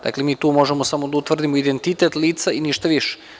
Dakle, mi tu možemo samo da utvrdimo identitet lica i ništa više.